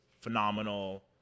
phenomenal